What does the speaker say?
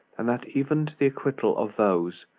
and that even to the acquittal of those,